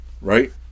right